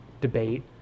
debate